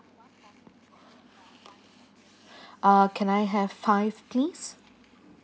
uh can I have five please